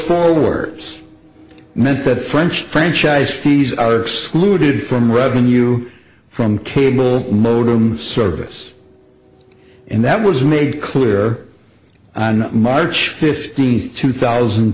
four words meant that french franchise fees are excluded from revenue from cable modem service and that was made clear on march fifteenth two thousand